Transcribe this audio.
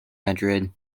madrid